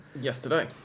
Yesterday